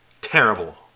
terrible